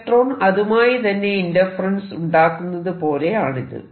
electron അതുമായി തന്നെ interference ഉണ്ടാക്കുന്നത് പോലെയാണിത്